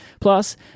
Plus